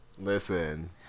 Listen